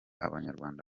abanyarwanda